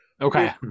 Okay